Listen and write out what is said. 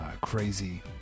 crazy